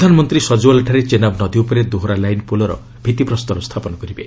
ପ୍ରଧାନମନ୍ତ୍ରୀ ସଜୱାଲ୍ଠାରେ ଚେନାବ ନଦୀ ଉପରେ ଦୋହରା ଲାଇନ୍ ପୋଲର ଭିଭିପ୍ରସ୍ତର ସ୍ଥାପନ କରିବେ